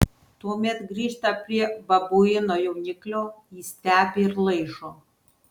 tuomet grįžta prie babuino jauniklio jį stebi ir laižo